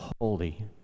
holy